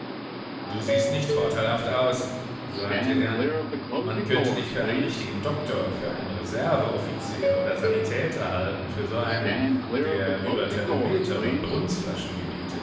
du siehst nicht vorteilhaft aus sagte er man könnte dich für einen richtigen doktor für einen reserveoffizier oder sanitäter halten für so einen der über thermometer oder brunzflaschen